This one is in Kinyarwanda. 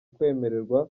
kwemererwa